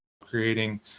creating